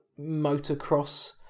motocross